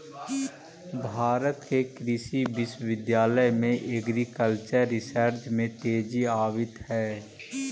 भारत के कृषि विश्वविद्यालय में एग्रीकल्चरल रिसर्च में तेजी आवित हइ